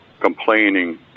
complaining